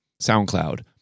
SoundCloud